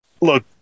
Look